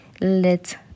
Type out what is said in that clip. let